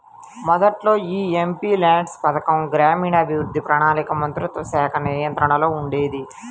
మొదట్లో యీ ఎంపీల్యాడ్స్ పథకం గ్రామీణాభివృద్ధి, ప్రణాళికా మంత్రిత్వశాఖ నియంత్రణలో ఉండేది